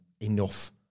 enough